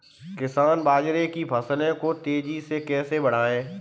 किसान बाजरे की फसल को तेजी से कैसे बढ़ाएँ?